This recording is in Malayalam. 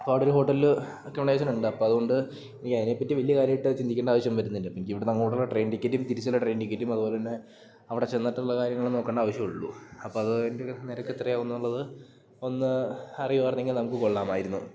അപ്പം അവിടെ ഒരു ഹോട്ടല്ല് അക്കമഡേഷൻ ഉണ്ട് അപ്പോൾ അത് കൊണ്ട് ഇനി അതിനെപ്പറ്റി വലിയ കാര്യമായിട്ട് ചിന്തിക്കേണ്ട ആവശ്യം വരുന്നില്ല അപ്പം എനിക്ക് ഇവിടന്നങ്ങോട്ടുള്ള ട്രെയിൻ ടിക്കറ്റും തിരിച്ചല്ല ട്രെയിൻ ടിക്കറ്റും അത്പോലെ തന്നെ അവിടെ ചെന്നിട്ടുള്ള കാര്യങ്ങൾ നോക്കണ്ട ആവശ്യമുള്ളു അപ്പം അതിന്റെ ഒരു നിരക്ക് എത്ര ആകും എന്നുള്ളത് ഒന്ന് അറിയും ആയിരുന്നെങ്കിൽ നമുക്ക് കൊള്ളാമായിരുന്നു